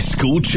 School